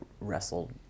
wrestled